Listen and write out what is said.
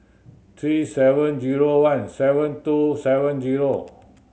three seven zero one seven two seven zero